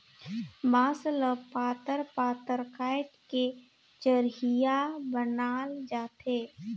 बांस ल पातर पातर काएट के चरहिया बनाल जाथे